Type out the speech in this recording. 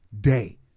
day